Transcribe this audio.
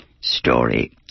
story